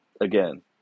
again